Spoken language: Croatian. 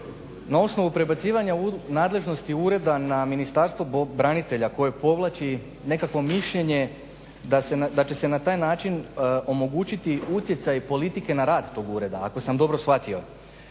na osnovu prebacivanja nadležnosti ureda na Ministarstvo branitelja koje povlači nekakvo mišljenje da će se na taj način omogućiti utjecaj politike na rad tog ureda ako sam dobro shvatio.